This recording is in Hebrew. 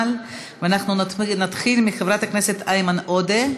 ואנחנו נתחיל מחבר הכנסת איימן עודה,